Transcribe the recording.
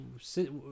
sit